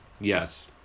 Yes